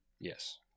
Yes